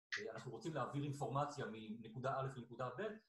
אנחנו רוצים להעביר אינפורמציה מנקודה א' לנקודה ב'.